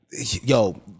Yo